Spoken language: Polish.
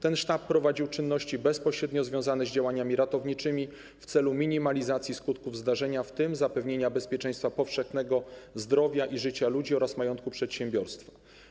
Ten sztab prowadził czynności bezpośrednio związane z działaniami ratowniczymi w celu minimalizacji skutków zdarzenia, w tym zapewnienia bezpieczeństwa powszechnego zdrowia i życia ludzi oraz majątku przedsiębiorstwa.